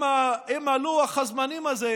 עם לוח הזמנים הזה,